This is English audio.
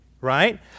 right